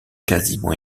quasiment